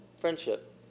Friendship